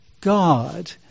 God